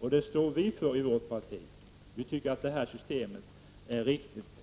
och det står vi för i vårt parti. Vi tycker att detta system är riktigt.